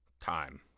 time